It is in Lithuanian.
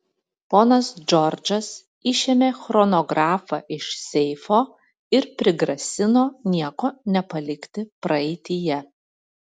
ponas džordžas išėmė chronografą iš seifo ir prigrasino nieko nepalikti praeityje